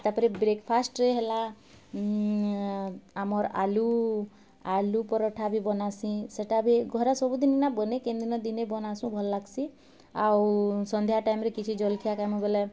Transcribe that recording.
ତାର୍ ପରେ ବ୍ରେକ୍ ଫାଷ୍ଟରେ ହେଲା ଆମର୍ ଆଲୁ ଆଲୁ ପରାଠା ବି ବନାସିଁ ସେଟା ବି ଘରେ ସବୁ ଦିନ୍ ନାଇଁ ବନେଁ କେନ୍ ଦିନ୍ ଦିନେ ବନାସୁଁ ଭଲ୍ ଲାଗ୍ସି ଆଉ ସନ୍ଧ୍ୟା ଟାଇମ୍ରେ କିଛି ଜଲଖିଆ ଖାଏମୁ ବୋଲେ